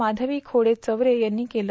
मायवी खोडे चवरे यांनी केलं